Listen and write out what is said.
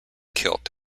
kilt